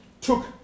took